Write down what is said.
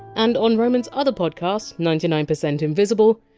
and on roman! s other podcast, ninety nine percent invisible,